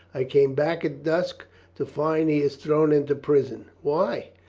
i came back at dusk to find he is thrown into prison. why?